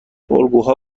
الگوها